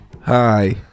Hi